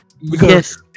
yes